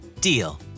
Deal